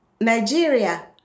Nigeria